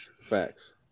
Facts